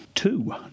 Two